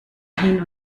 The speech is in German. hin